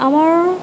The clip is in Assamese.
আমাৰ